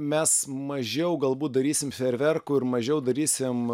mes mažiau galbūt darysim fejerverkų ir mažiau darysim